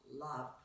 love